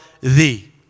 thee